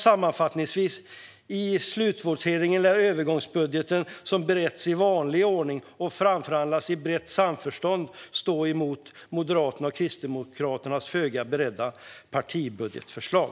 Sammanfattningsvis: I slutvoteringen lär övergångsbudgeten som beretts i vanlig ordning och framförhandlats i brett samförstånd stå emot Moderaternas och Kristdemokraternas föga beredda partibudgetförslag.